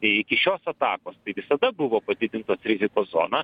iki šios atakos tai visada buvo padidintos rizikos zona